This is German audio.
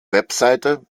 webseite